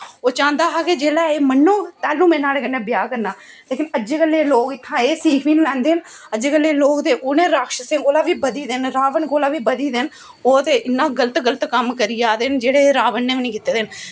ओह् चांह्दा ऐ कि जिसले एह् मनग ते तंदू मे नोआढ़े कन्ने ब्याह् करना लेकिन अजकल्ले दे लोक इत्थै एह् सीख बी लेंदे न अजकल्ले दे लोक उ'नें राक्षस कोला बी बधी गेदे न राबन कोला बी बधी गेदे न ओह् ते इन्ना गल्त गल्त कम्म करी जा'रदे जेह्ड़े राबन ने बी नेईं कीते न